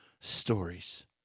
stories